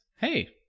hey